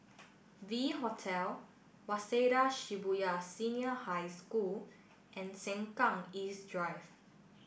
V Hotel Waseda Shibuya Senior High School and Sengkang East Drive